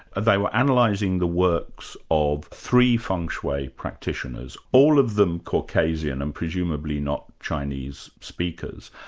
they were analysing the works of three feng shui practitioners, all of them caucasian and presumably not chinese speakers.